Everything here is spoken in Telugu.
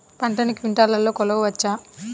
పంటను క్వింటాల్లలో కొలవచ్చా?